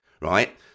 right